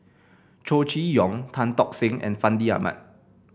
Chow Chee Yong Tan Tock Seng and Fandi Ahmad